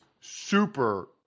super